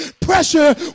pressure